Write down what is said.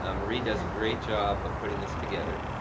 ah marie does a great job of putting this together.